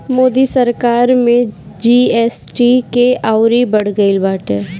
मोदी सरकार में जी.एस.टी के अउरी बढ़ गईल बाटे